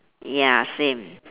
ya same